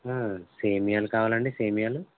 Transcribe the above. సేమ్యాలు కావాలండి సేమ్యాలు